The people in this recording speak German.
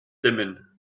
dimmen